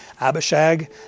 Abishag